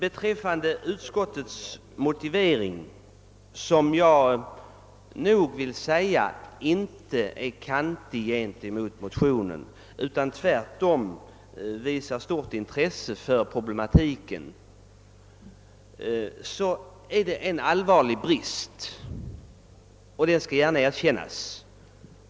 I utskottets motivering som jag nog vill säga inte innebär, att man ställer sig helt avvisande till motionerna, utan tvärtom innebär att utskottet visar stort intresse för problematiken, finns det en allvarlig brist, det skall gärna erkännas.